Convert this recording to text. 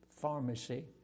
pharmacy